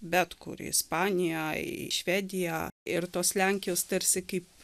bet kur į ispaniją į švediją ir tos lenkijos tarsi kaip